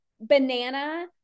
banana